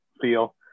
Feel